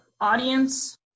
audience